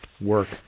work